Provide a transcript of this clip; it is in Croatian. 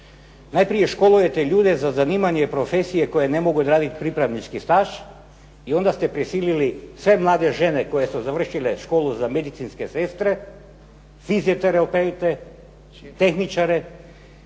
Najprije školujete ljude za zanimanje profesije koje ne mogu odraditi pripravnički staž, i onda ste prisilili sve mlade žene koje su završile školu za medicinske sestre, fizioterapeute, tehničare,